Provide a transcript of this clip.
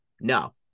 No